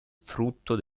frutto